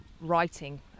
writing